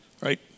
right